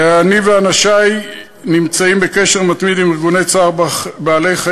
אני ואנשי נמצאים בקשר מתמיד עם ארגוני צער בעלי-חיים,